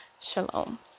Shalom